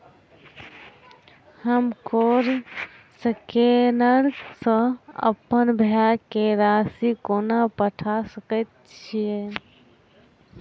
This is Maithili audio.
हम कोड स्कैनर सँ अप्पन भाय केँ राशि कोना पठा सकैत छियैन?